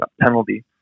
Penalty